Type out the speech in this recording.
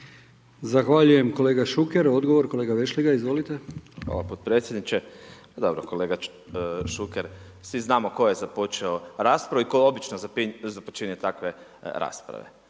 Zahvaljujem kolega Šuker. Odgovor kolega Vešligaj. Izvolite. **Vešligaj, Marko (SDP)** Hvala potpredsjedniče. Dobro kolega Šuker, svi znamo tko je započeo raspravu i tko obično započinje takve rasprave.